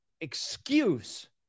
excuse